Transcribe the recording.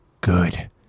Good